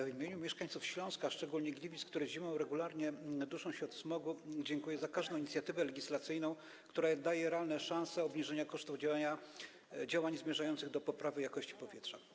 W imieniu mieszkańców Śląska, szczególnie Gliwic, które zimą regularnie duszą się od smogu, dziękuję za każdą inicjatywę legislacyjną, która daje realne szanse obniżenia kosztów działań zmierzających do poprawy jakości powietrza.